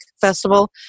festival